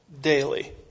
daily